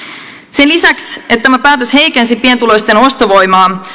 sen lisäksi että tämä päätös heikensi pienituloisten ostovoimaa